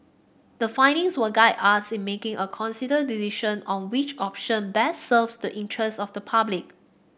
the findings will guide us in making a considered decision on which option best serves the interests of the public